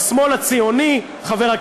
קאטו הזקן זה בסדר, היו שהשוו כבר השוואות